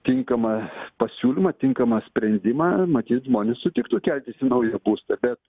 tinkamą pasiūlymą tinkamą sprendimą matyt žmonės sutiktų keltis į naują būstą bet